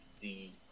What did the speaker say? see